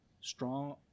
strong